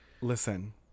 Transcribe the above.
Listen